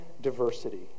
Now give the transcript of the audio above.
diversity